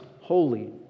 holy